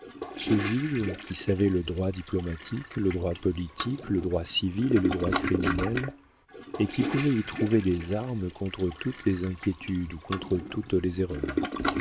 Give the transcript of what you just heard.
ce juge qui savait le droit diplomatique le droit politique le droit civil et le droit criminel et qui pouvait y trouver des armes contre toutes les inquiétudes ou contre toutes les erreurs